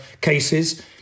cases